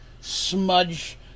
smudge